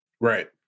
Right